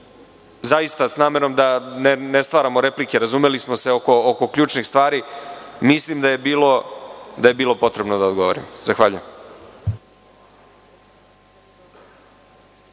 Zaista sa namerom da ne stvaramo replike, razumeli smo se oko ključnih stvari. Mislim da je bilo potrebno da odgovorim. Zahvaljujem.